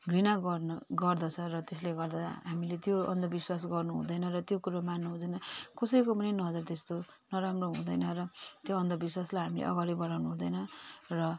घृणा गर्न गर्दछ र त्यसले गर्दा हामीले त्यो अन्धविश्वास गर्नुहुँदैन र त्यो कुरो मान्नुहुँदैन कसैको पनि नजर त्यस्तो नराम्रो हुँदैन र त्यो अन्धविश्वासलाई हामीले अगाडि बढाउनुहुँदैन र